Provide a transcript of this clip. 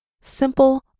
simple